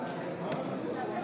(קוראת בשמות